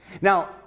Now